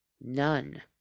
None